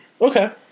Okay